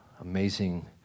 amazing